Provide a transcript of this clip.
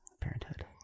parenthood